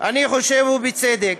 אני חושב, ובצדק,